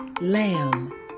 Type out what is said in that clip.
lamb